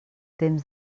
temps